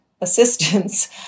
assistance